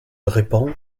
répand